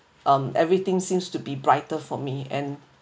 um everything seems to be brighter for me and